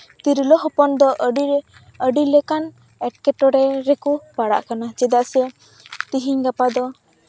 ᱛᱤᱨᱞᱟᱹ ᱦᱚᱯᱚᱱ ᱫᱚ ᱟᱹᱰᱤ ᱟᱹᱰᱤ ᱞᱮᱠᱟᱱ ᱮᱴᱠᱮᱴᱚᱬᱮ ᱨᱮᱠᱚ ᱯᱟᱲᱟᱜ ᱠᱟᱱᱟ ᱪᱮᱫᱟᱜ ᱥᱮ ᱛᱤᱦᱤᱧ ᱜᱟᱯᱟ ᱫᱚ